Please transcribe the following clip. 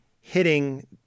hitting